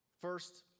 First